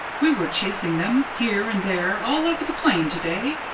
we were chasing them, here and there, all over the plain to-day.